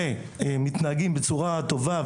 ומתנהגים בצורה טובה,